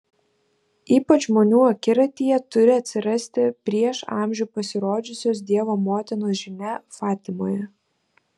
ypač žmonių akiratyje turi atsirasti prieš amžių pasirodžiusios dievo motinos žinia fatimoje